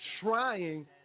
trying